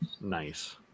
Nice